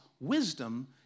wisdom